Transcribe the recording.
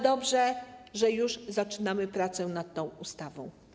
Dobrze, że już zaczynamy prace nad tą ustawą.